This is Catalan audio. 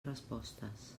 respostes